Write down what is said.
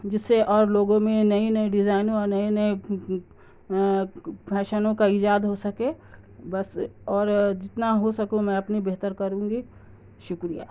جس سے اور لوگوں میں نئی نئی ڈیزائنوں اور نئے نئے فیشنوں کا ایجاد ہو سکے بس اور جتنا ہو سکوں میں اپنی بہتر کروں گی شکریہ